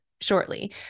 shortly